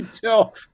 tell